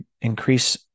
increase